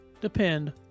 depend